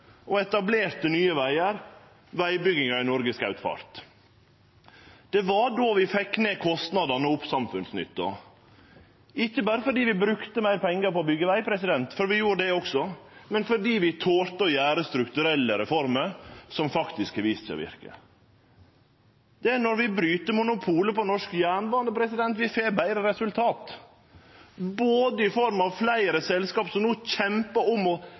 og etablerte Nye vegar, at vegbygginga i Noreg skaut fart. Det var då vi fekk ned kostnadane og opp samfunnsnytta, ikkje berre fordi vi brukte meir pengar på å byggje veg – for vi gjorde det også – men fordi vi torde å ha strukturelle reformer som faktisk har vist seg å verke. Det er når vi bryt monopolet på norsk jernbane, vi får betre resultat, i form av fleire selskap som no kjempar om å